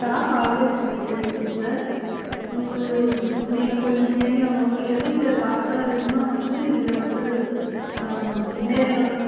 stock always எங்கள் கிட்டே இருக்குதுங்க சார் உங்களுக்கு நீங்கள் கொஞ்சம் நேரில் உங்களுக்கு எப்படிங்க சார் பார்சலாக வேணுமா வந்து இல்லை வந்து நேரில் வந்து